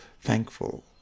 thankful